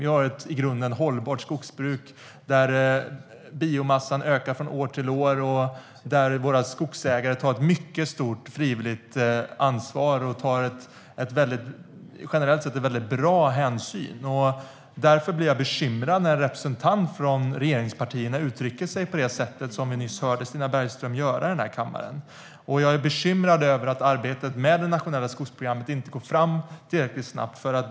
Vi har ett i grunden hållbart skogsbruk där biomassan ökar från år till år och där våra skogsägare tar ett mycket stort frivilligt ansvar och generellt sett en väldigt bra hänsyn. Därför blir jag bekymrad när en representant från regeringspartierna uttrycker sig på det sättet som vi nyss hörde Stina Bergström göra i kammaren. Jag är bekymrad över att arbetet med det nationella skogsprogrammet inte går fram tillräckligt snabbt.